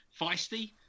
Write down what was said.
feisty